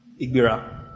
Igbira